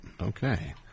okay